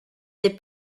des